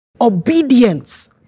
obedience